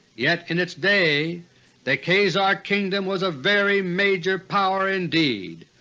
yet in its day the khazar kingdom was a very major power indeed,